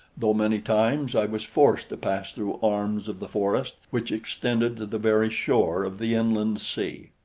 though many times i was forced to pass through arms of the forest which extended to the very shore of the inland sea.